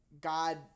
god